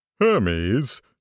Hermes